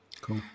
Cool